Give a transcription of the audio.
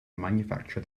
manufacture